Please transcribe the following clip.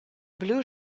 blue